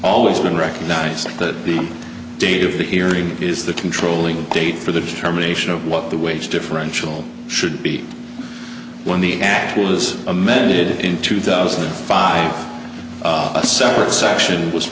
always been recognized that the date of the hearing is the controlling date for the determination of what the wage differential should be when the ash was amended in two thousand and five separate section was